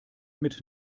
mit